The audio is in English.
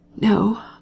no